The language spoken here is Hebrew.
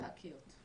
לח"כיות.